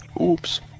Oops